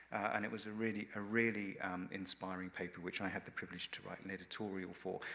and it was a really a really inspiring paper, which i had the privilege to write an editorial for,